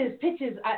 pitches